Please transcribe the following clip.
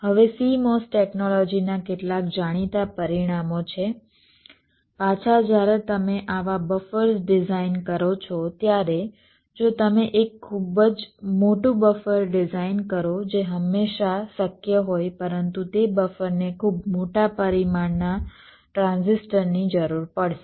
હવે CMOS ટેકનોલોજીના કેટલાક જાણીતા પરિણામો છે પાછા જ્યારે તમે આવા બફર્સ ડિઝાઇન કરો છો ત્યારે જો તમે એક ખૂબ જ મોટું બફર ડિઝાઇન કરો જે હંમેશા શક્ય હોય પરંતુ તે બફરને ખૂબ મોટા પરિમાણના ટ્રાન્ઝિસ્ટર ની જરૂર પડશે